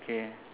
okay